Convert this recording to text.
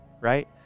right